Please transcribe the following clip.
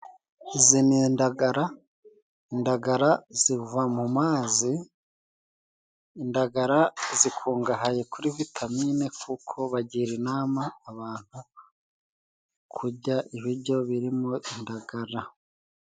Izi ni indagara. Indagara ziva mu mazi, indagara zikungahaye kuri vitamine kuko bagira inama abantu kujya ibijyo birimo indagara.